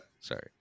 sorry